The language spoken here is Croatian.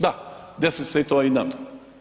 Da, desi se i to nama.